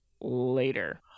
later